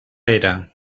era